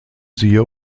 siehe